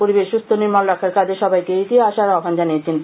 পরিবেশ সুস্থ ও নির্মল রাখার কাজে সবাইকে এগিয়ে আসারও আহ্মান জানিয়েছেন তিনি